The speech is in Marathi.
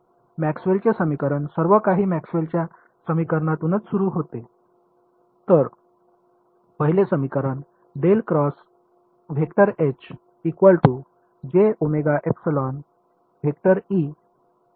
मॅक्सवेलचे समीकरण सर्व काही मॅक्सवेलच्या समीकरणातूनच सुरू होते